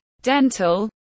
dental